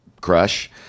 crush